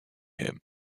him